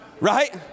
Right